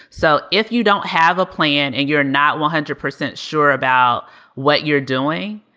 so if you don't have a plan and you're not one hundred percent sure about what you're doing,